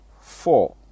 Four